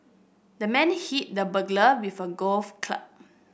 the man hit the burglar with a golf club